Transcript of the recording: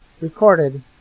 Recorded